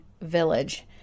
village